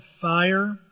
fire